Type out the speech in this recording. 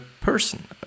person